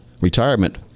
retirement